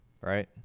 right